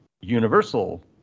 universal